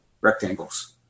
rectangles